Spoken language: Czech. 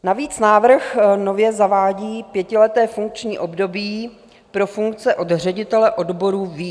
Navíc návrh nově zavádí pětileté funkční období pro funkce od ředitele odboru výš.